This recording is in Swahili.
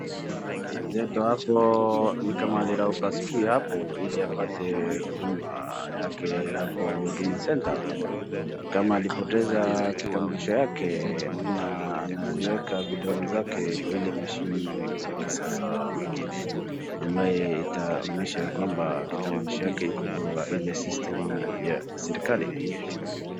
Mwenzetu hapo ni kama alirauka asubuhi hapo ili apate huduma yake hapo huduma centre . Ni kama alipoteza kitambulisho yake na anaziweka vidole zake kwa ile mashini ya kisasa ambaye itaonyesha kwamba kitambulisho iko kwa ile system ya serikali.